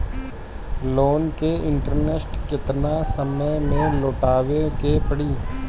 Loan के interest केतना समय में लौटावे के पड़ी?